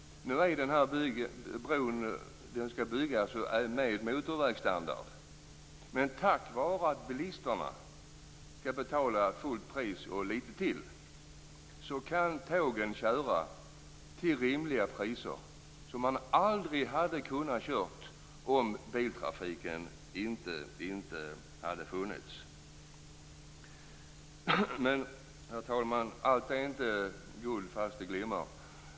Nu skall den här bron byggas med motorvägsstandard. Tack vare att bilisterna skall betala fullt pris och litet till, kan tågen köra till rimliga priser. Det hade man inte kunnat göra om biltrafiken inte hade funnits. Herr talman! Allt är inte guld som glimmar.